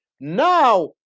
now